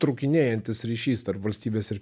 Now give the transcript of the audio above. trūkinėjantis ryšys tarp valstybės ir